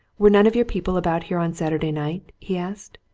were none of your people about here on saturday night? he asked.